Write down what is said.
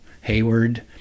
Hayward